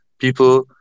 People